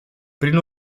prin